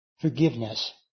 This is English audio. forgiveness